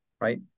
right